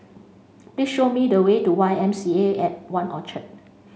please show me the way to Y M C A at One Orchard